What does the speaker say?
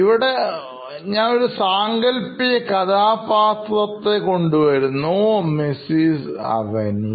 ഇവിടെ ഒരു സാങ്കൽപ്പിക കഥാപാത്രം Mrs Avni